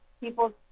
people